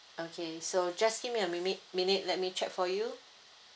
okay so just give me a mimit~ minute let me check for you